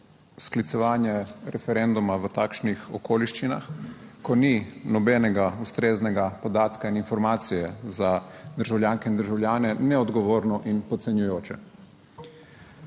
sklicevanje referenduma v takšnih okoliščinah, ko ni nobenega ustreznega podatka in informacije za državljanke in državljane, neodgovorno in podcenjujoče.